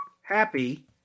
Happy